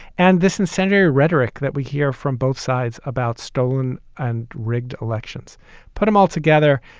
and this incendiary rhetoric that we hear from both sides about stolen and rigged elections put them all together.